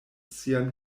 sian